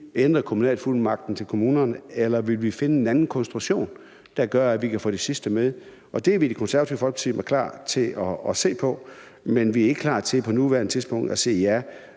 ændre kommunalfuldmagten til kommunerne, eller om vi kan finde en anden konstruktion, der gør, at vi kan få de sidste med. Det vil De Konservative være klar til at se på, men vi er ikke på nuværende tidspunkt klar